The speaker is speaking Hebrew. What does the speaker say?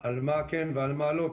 על מה כן ועל מה לא,